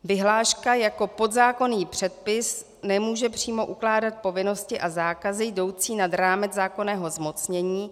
Vyhláška jako podzákonný předpis nemůže přímo ukládat povinnosti a zákazy jdoucí nad rámec zákonného zmocnění.